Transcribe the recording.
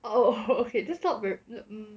oh oh okay that's not ver~ um